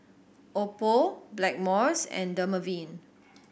Oppo Blackmores and Dermaveen